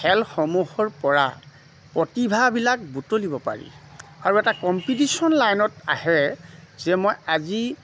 খেলসমূহৰ পৰা প্ৰতিভাবিলাক বুটলিব পাৰি আৰু এটা কম্পিটিশ্যন লাইনত আহে যে মই আজি